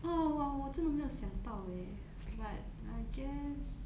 oh 我我真的没有想到 eh but I guess